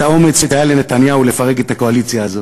האומץ שהיה לנתניהו לפרק את הקואליציה הזו?